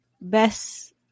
best